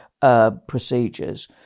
procedures